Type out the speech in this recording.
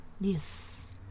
yes